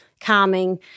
calming